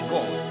God